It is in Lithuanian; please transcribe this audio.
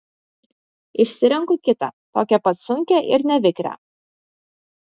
išsirenku kitą tokią pat sunkią ir nevikrią